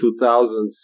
2000s